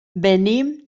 venim